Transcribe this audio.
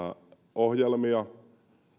ohjelmia